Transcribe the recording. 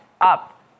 up